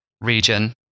region